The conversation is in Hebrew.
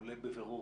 עולה בבירור,